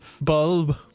bulb